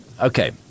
Okay